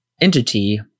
entity